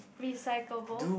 recyclable